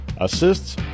assists